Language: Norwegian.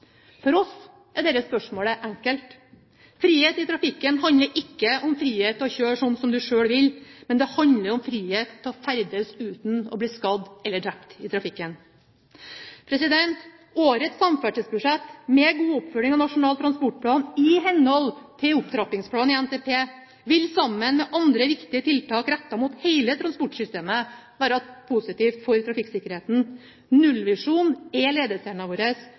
For oss er dette spørsmålet enkelt: Frihet i trafikken handler ikke om frihet til å kjøre som du selv vil, men det handler om frihet til å ferdes uten å bli skadd eller drept i trafikken. Årets samferdselsbudsjett med god oppfølging av Nasjonal transportplan i henhold til opptrappingsplanen i NTP vil sammen med andre viktige tiltak rettet mot hele transportsystemet være positivt for trafikksikkerheten. Nullvisjonen er